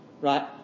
right